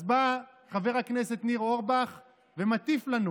אז בא חבר הכנסת ניר אורבך ומטיף לנו